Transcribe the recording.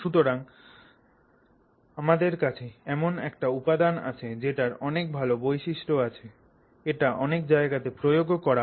সুতরাং আমাদের কাছে এমন একটা উপাদান আছে যেটার অনেক ভালো বৈশিষ্ট্য আছে এটাকে অনেক জায়গাতে প্রয়োগ ও করা হয়